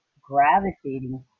gravitating